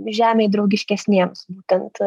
žemei draugiškesniems būtent